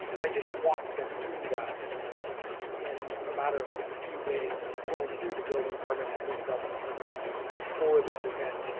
and i just walked them through that in a matter of a few days going through the building permit and the development permit for this event.